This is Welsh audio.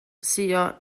suo